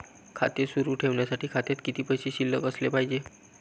खाते सुरु ठेवण्यासाठी खात्यात किती पैसे शिल्लक असले पाहिजे?